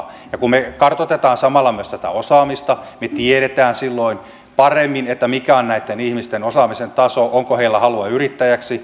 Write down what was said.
ja kun me kartoitamme samalla myös tätä osaamista me tiedämme silloin paremmin mikä on näitten ihmisten osaamisen taso onko heillä halua yrittäjäksi